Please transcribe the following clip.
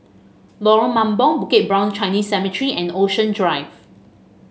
Lorong Mambong Bukit Brown Chinese Cemetery and Ocean Drive